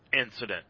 Incident